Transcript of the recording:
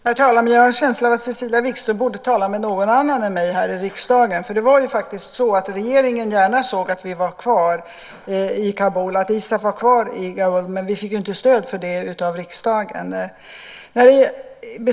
Herr talman! Jag har en känsla av att Cecilia Wigström borde tala med någon annan än mig här i riksdagen. Det var faktiskt så att regeringen gärna såg att vi var kvar i Kabul, att ISAF var kvar. Men vi fick inte stöd för det av riksdagen.